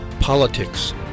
politics